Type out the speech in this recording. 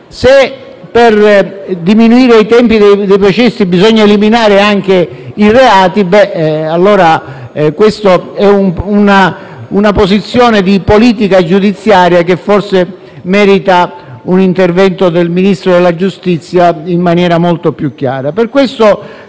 Se per diminuire i tempi dei processi bisogna eliminare anche i reati, allora questa è una posizione di politica giudiziaria che forse merita un intervento del Ministro della giustizia molto più chiaro.